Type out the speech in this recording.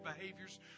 behaviors